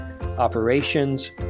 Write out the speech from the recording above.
operations